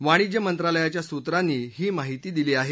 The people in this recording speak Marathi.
वाणीज्य मंत्रालयाच्या सूत्रांनी ही माहिती दिली आहे